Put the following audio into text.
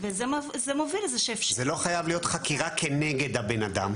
וזה מוביל לזה שאפשר --- זאת לא חייבת להיות חקירה כנגד הבן אדם.